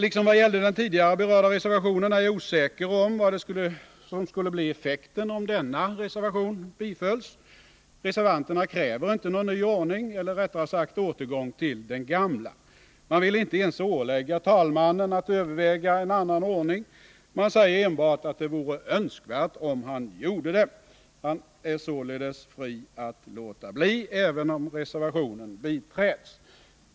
Liksom vad gällde den tidigare berörda reservationen är jag osäker om vad som skulle bli effekten om denna reservation bifölls. Reservanterna kräver inte någon ny ordning eller rättare sagt återgång till den gamla. Man vill inte ens ålägga talmannen att överväga en annan ordning. Man säger enbart att det vore önskvärt om han gjorde det. Talmannen är således fri att låta bli, även om reservationen biträds.